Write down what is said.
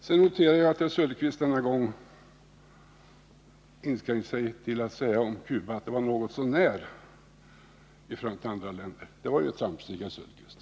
Jag noterar att herr Söderqvist denna gång inskränkte sig till att säga om Cuba att det var något så när i förhållande till andra länder. Det var ju ett framsteg, herr Söderqvist.